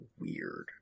weird